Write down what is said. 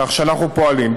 כך שאנחנו פועלים.